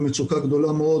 במצוקה גדולה מאוד,